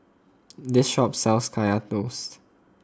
this shop sells Kaya Toast